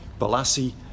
Balassi